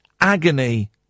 agony